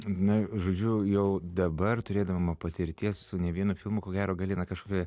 na žodžiu jau dabar turėdama patirties su ne vienu filmu ko gero gali na kažkokią